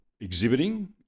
exhibiting